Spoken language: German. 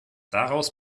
daraus